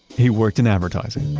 he worked in advertising